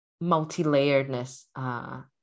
multi-layeredness